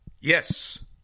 Yes